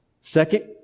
Second